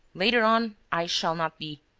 later on, i shall not be.